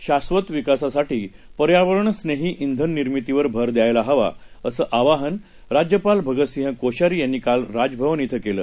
शाधत विकासासाठी पर्यावरणस्नेही श्वेननिर्मितीवर भर द्यायला हवा असं आवाहन राज्यपाल भगत सिंह कोश्यारी यांनी काल राजभवन क्रि केलं